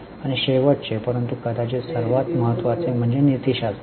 आणि शेवटचे परंतु कदाचित सर्वात महत्वाचे म्हणजे नीतिशास्त्र